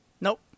Nope